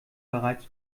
bereits